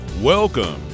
welcome